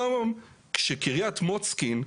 כשקרית מוצקין,